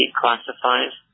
classifies